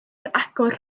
agor